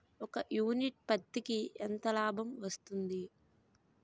ఒక యూనిట్ పత్తికి ఎంత లాభం వస్తుంది?